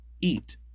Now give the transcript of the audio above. eat